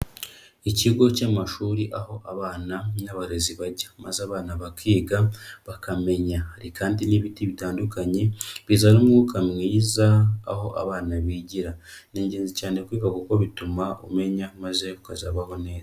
Ikigo cy'amashuri aho abana n'abarezi bajya, maze abana bakiga, bakamenya. Hari kandi n'ibiti bitandukanye bizana umwuka mwiza aho abana bigira. Ni ingenzi cyane kwiga kuko bituma umenya, maze ukazabaho neza.